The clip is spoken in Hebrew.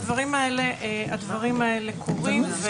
הדברים האלה קורים,